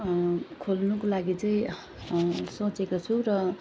खोल्नुको लागि चाहिँ सोचेको छु र